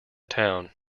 town